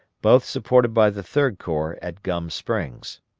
both supported by the third corps at gum springs.